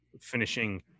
finishing